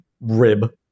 rib